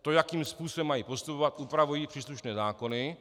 To, jakým způsobem mají postupovat, upravují příslušné zákony.